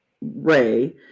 Ray